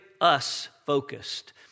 us-focused